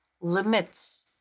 limits